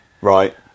right